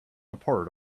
apart